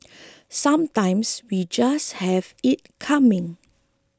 sometimes we just have it coming